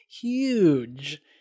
Huge